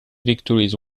victories